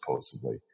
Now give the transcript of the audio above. supposedly